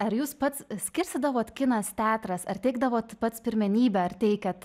ar jūs pats skirstydavot kinas teatras ar teikdavot pats pirmenybę ar teikiat